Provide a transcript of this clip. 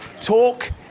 talk